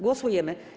Głosujemy.